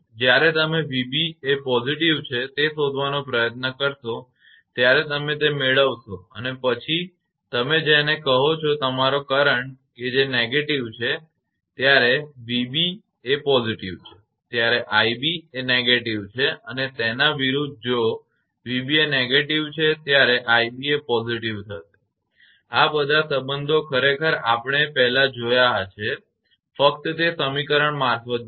જ્યારે તમે 𝑣𝑏 એ positive છે તે શોધવાનો પ્રયત્ન કરશો ત્યારે તમે તે મેળવશો અને પછી તમે જેને કહો છો તે તમારો કરંટ negative છે જયારે 𝑣𝑏 એ positive છે ત્યારે 𝑖𝑏 એ negative છે અને તેના વિરુધ્ધ જો 𝑣𝑏 એ negative છે ત્યારે 𝑖𝑏 એ positive થશે આ બધા સંબંધો ખરેખર આપણે પહેલાં જોયા છે ફકત તે સમીકરણો મારફત જુઓ